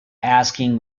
asking